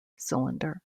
cylinder